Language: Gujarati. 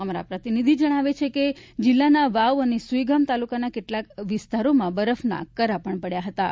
અમારા પ્રતિનિધિ જણાવે ચ્હે કે જિલ્લાના વાવ અને સુઈગામ તાલુકાના કેટલાંક વિસ્તારોમાં બરફના કરા પડ્યાં હતાં